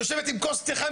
יושבת עם כוס תה חם,